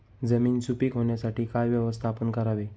जमीन सुपीक होण्यासाठी काय व्यवस्थापन करावे?